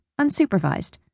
unsupervised